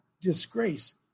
disgrace